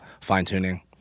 fine-tuning